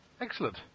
Excellent